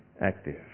active